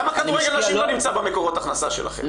למה כדורגל נשים לא נמצא במקורות הכנסה שלכם?